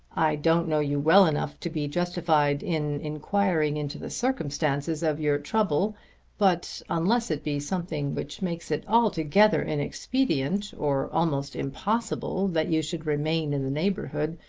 i don't know you well enough to be justified in inquiring into the circumstances of your trouble but unless it be something which makes it altogether inexpedient, or almost impossible that you should remain in the neighbourhood,